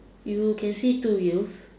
you can see two youths